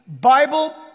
Bible